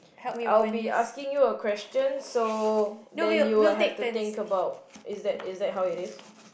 I'll be asking you a question so then you will have to think about is that is that how it is